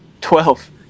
Twelve